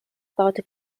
baute